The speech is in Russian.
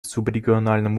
субрегиональном